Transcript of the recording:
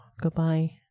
Goodbye